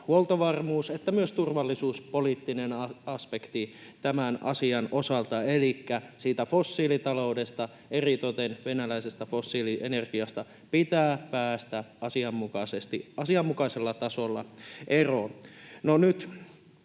huoltovarmuus ja myös turvallisuuspoliittinen aspekti tämän asian osalta: elikkä siitä fossiilitaloudesta, eritoten venäläisestä fossiilienergiasta, pitää päästä asianmukaisesti asianmukaisella tasolla eroon. Nyt